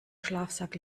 schlafsack